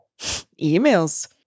Emails